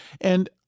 And-